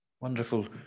Wonderful